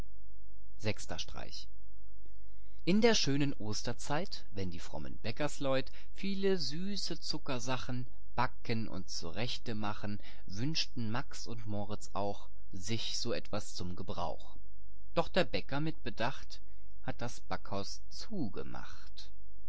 in der schönen osterzeit wenn die frommen bäckersleut viele süße zuckersachen backen und zurechte machen wünschten max und moritz auch sich so etwas zum gebrauch illustration der bäcker macht das backhaus zu doch der bäcker mit bedacht hat das backhaus zugemacht